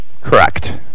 Correct